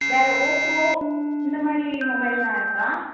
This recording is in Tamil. வேறு ஓப்போ இந்த மாதிரி மொபைல் எல்லாம் இருக்கா